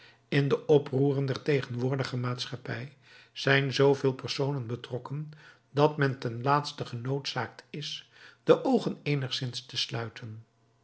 in de oproeren der tegenwoordige maatschappij zijn zoo veel personen betrokken dat men ten laatste genoodzaakt is de oogen eenigszins te sluiten